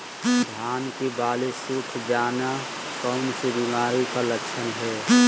धान की बाली सुख जाना कौन सी बीमारी का लक्षण है?